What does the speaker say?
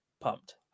pumped